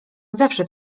zawsze